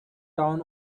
town